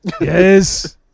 Yes